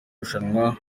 rushanwa